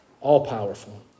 all-powerful